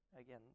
again